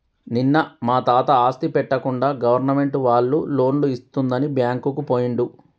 నిన్న మా తాత ఆస్తి పెట్టకుండా గవర్నమెంట్ వాళ్ళు లోన్లు ఇస్తుందని బ్యాంకుకు పోయిండు